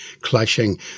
clashing